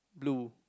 blue